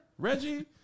Reggie